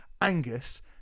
Angus